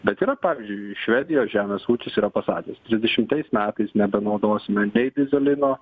bet yra pavyzdžiui švedijos žemės ūkis yra pasakęs trisdešimtais metais nebenaudosime nei dyzelino